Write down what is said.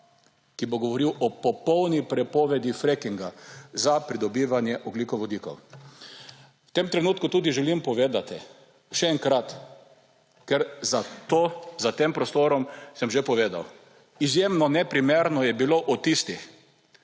ki bo govoril o popolni prepovedi frackinga za pridobivanje ogljikovodikov. V tem trenutku tudi želim povedati, še enkrat, ker za to, za tem prostorom sem že povedal, izjemno neprimerno je bilo od tistih,